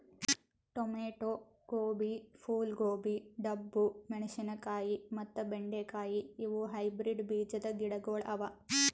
tomato, ಗೋಬಿ, ಫೂಲ್ ಗೋಬಿ, ಡಬ್ಬು ಮೆಣಶಿನಕಾಯಿ ಮತ್ತ ಬೆಂಡೆ ಕಾಯಿ ಇವು ಹೈಬ್ರಿಡ್ ಬೀಜದ್ ಗಿಡಗೊಳ್ ಅವಾ